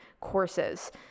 courses